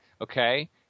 okay